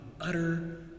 utter